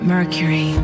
Mercury